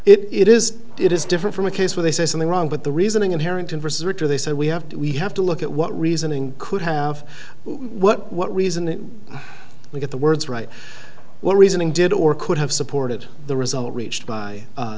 it is it is different from a case where they say something wrong with the reasoning inherent in verses which are they said we have to we have to look at what reasoning could have what reason if we get the words right what reasoning did or could have supported the result reached by